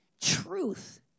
truth